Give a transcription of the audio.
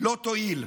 לא תועיל.